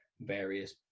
various